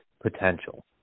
potential